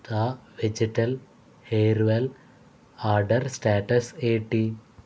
నా వెజిటల్ హెయిర్వెల్ ఆర్డర్ స్టేటస్ ఏంటి